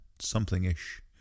something-ish